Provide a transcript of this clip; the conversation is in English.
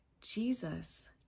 Jesus